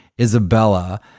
Isabella